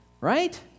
Right